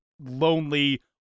lonely